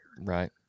Right